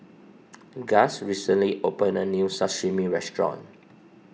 Gust recently opened a new Sashimi restaurant